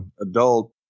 adult